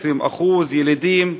20% ילידים?